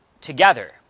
together